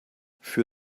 für